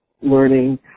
learning